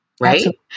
Right